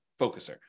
focuser